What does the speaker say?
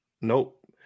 nope